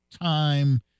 time